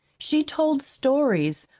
she told stories,